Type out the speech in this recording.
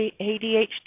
ADHD